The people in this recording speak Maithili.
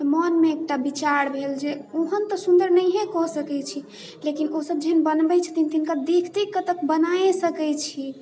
तऽ मोनमे एकटा विचार भेल जे ओहन तऽ सुन्दर नहिए कऽ सकै छी लेकिन ओसब जेहन बनबै छथिन तिनकर देखि देखिकऽ तऽ बनाइए सकै छी